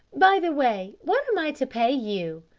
by the way, what am i to pay you?